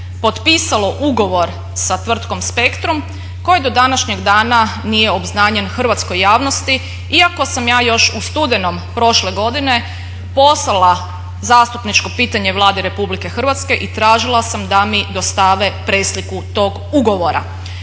potpisalo ugovor sa tvrtkom Spektrum koji do današnjeg dana nije obznanjen hrvatskoj javnosti iako sam ja još u studenom prošle godine poslala zastupničko pitanje Vladi Republike Hrvatske i tražila sam da mi dostave presliku tog ugovora.